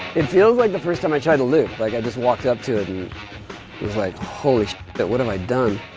it feels like the first time i tried to live like i just walked up to it and it was like, holy that what am i done?